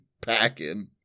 packing